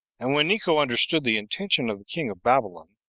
and when neco understood the intention of the king of babylon,